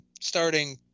starting